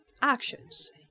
actions